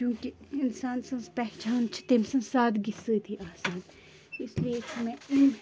کیونکہِ اِنسان سٕنٛز پہچان چھٕ تٔمۍ سٕنٛز سادٕگی سۭتی آسان اس لیے چھُ مےٚ